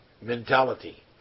mentality